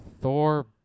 Thor